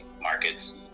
markets